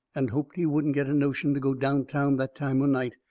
and hoped he wouldn't get a notion to go downtown that time o' night.